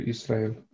Israel